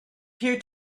peer